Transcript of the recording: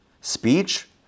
Speech